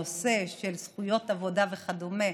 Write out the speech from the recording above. הנושא של זכויות עבודה וכדומה,